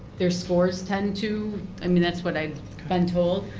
their scores tend to i mean that's what i've been told.